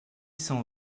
cent